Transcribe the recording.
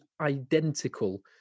identical